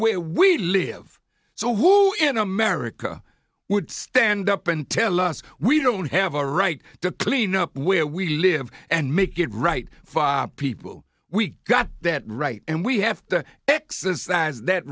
where we live so who in america would stand up and tell us we don't have a right to clean up where we live and make it right five people we got that right and we have to exercise that